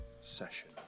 session